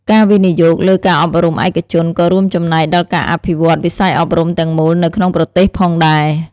ការវិនិយោគលើការអប់រំឯកជនក៏រួមចំណែកដល់ការអភិវឌ្ឍវិស័យអប់រំទាំងមូលនៅក្នុងប្រទេសផងដែរ។